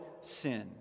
sin